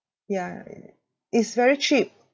ya it's very cheap